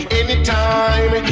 anytime